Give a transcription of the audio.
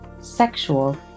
sexual